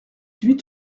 huit